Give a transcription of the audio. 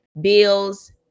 bills